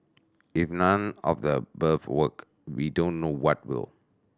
if none of the above work we don't know what will